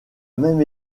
même